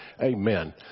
Amen